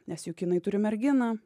nes juk jinai turi merginą